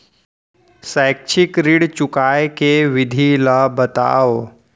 शैक्षिक ऋण चुकाए के विधि ला बतावव